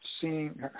seeing